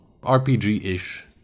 RPG-ish